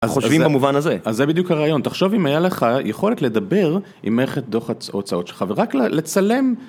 חושבים במובן הזה. אז זה בדיוק הרעיון, תחשוב אם היה לך יכולת לדבר עם מערכת דוחות ההוצאות שלך ורק לצלם.